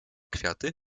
kwiaty